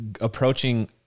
approaching